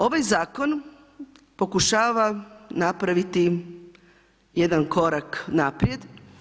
Ovaj zakon pokušava napraviti jedan korak naprijed.